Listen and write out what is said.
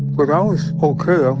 but i was ok.